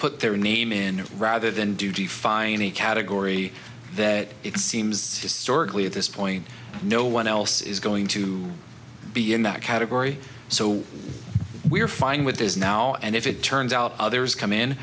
put their name in rather than do define a category that it seems to storch we at this point no one else is going to be in that category so we're fine with this now and if it turns out others come in